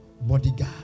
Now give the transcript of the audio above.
bodyguard